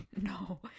no